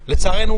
לצערנו,